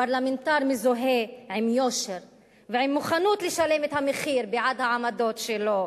פרלמנטר מזוהה עם יושר ועם מוכנות לשלם את המחיר בעד העמדות שלו.